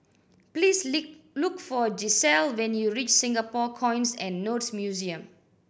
please look for Gisele when you reach Singapore Coins and Notes Museum